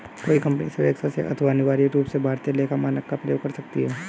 कोई कंपनी स्वेक्षा से अथवा अनिवार्य रूप से भारतीय लेखा मानक का प्रयोग कर सकती है